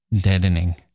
deadening